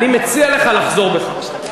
אני מציע לך לחזור בך.